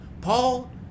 Paul